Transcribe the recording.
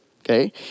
okay